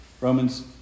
Romans